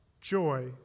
joy